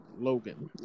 Logan